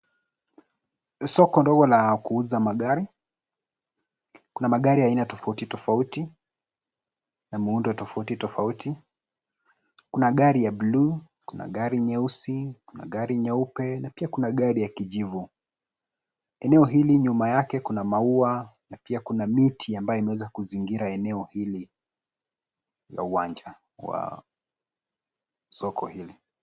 Soko ndogo la kuuza magari, kuna magari aina tofautitofauti, na muundo tofautitofauti, kuna gari ya buluu, kuna gari nyeusi, kuna gari nyeupe pia kuna gari ya kijivu. Eneo hili nyuma yake kuna maua pia kuna miti ambayo imeweza kuizingira eneo hili la uwanja wa soko hili.